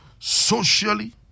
Socially